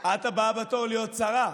את הבאה בתור להיות שרה,